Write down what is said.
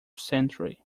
century